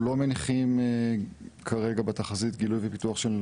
אנחנו לא מניחים בתחזית גילוי ופיתוח של